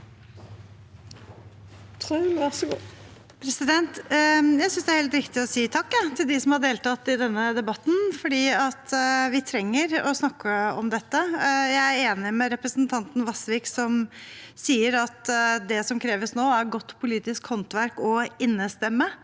Jeg synes det er helt riktig å si takk til dem som har deltatt i denne debatten, for vi trenger å snakke om dette. Jeg er enig med representanten Vasvik, som sier at det som kreves nå, er godt politisk håndverk og innestemme,